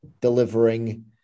delivering